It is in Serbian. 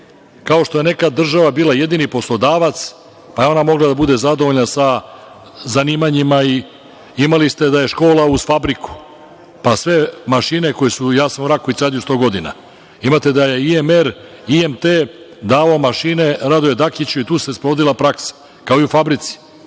Kao što je nekad država bila jedini poslodavac, pa je ona mogla da bude zadovoljna sa zanimanjima i imali ste da je škola uz fabriku, pa sve mašine, ja sam u Rakovici radio sto godina, imate da su IMR, IMT dali mašine „Radoju Dakiću“ i tu se sprovodila praksa, kao i u fabrici.